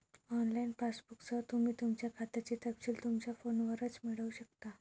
online पासबुकसह, तुम्ही तुमच्या खात्याचे तपशील तुमच्या फोनवरच मिळवू शकता